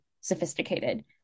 sophisticated